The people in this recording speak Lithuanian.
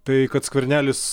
tai kad skvernelis